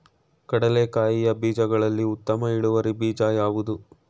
ಕಡ್ಲೆಕಾಯಿಯ ಬೀಜಗಳಲ್ಲಿ ಉತ್ತಮ ಇಳುವರಿ ಬೀಜ ಯಾವುದು?